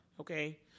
Okay